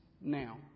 now